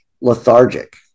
lethargic